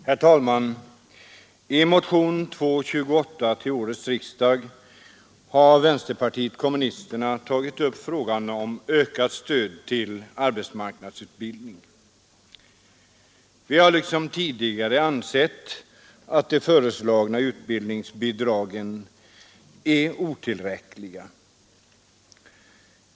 Herr talman! I motion 228 till årets riksdag har vänsterpartiet kommunisterna tagit upp frågan om ökat stöd till arbetsmarknadsutbildning. Vi har liksom tidigare ansett att de föreslagna utbildningsbidragen är otillräckliga.